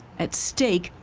at stake,